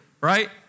right